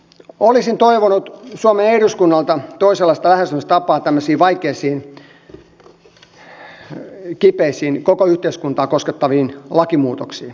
olisin toivonut suomen eduskunnalta toisenlaista lähestymistapaa tämmöisiin vaikeisiin kipeisiin koko yhteiskuntaa koskettaviin lakimuutoksiin